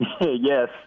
Yes